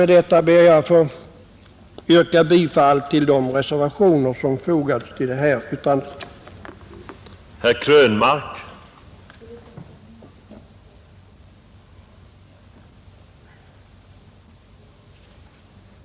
Med det anförda ber jag att få yrka bifall till de reservationer som fogats till jordbruksutskottets betänkande nr 44,